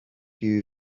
you